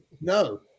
No